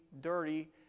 dirty